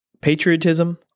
patriotism